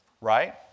right